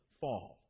fall